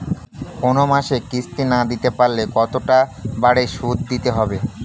কোন মাসে কিস্তি না দিতে পারলে কতটা বাড়ে সুদ দিতে হবে?